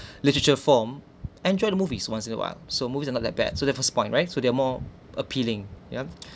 literature form enjoy the movies once in a while so movies are not that bad so that's first point right so they are more appealing yeah